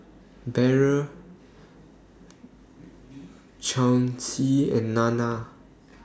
Beryl Chauncy and Nana